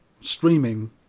streaming